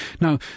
Now